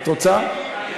את רוצה?